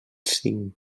cinc